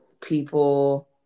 people